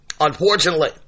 Unfortunately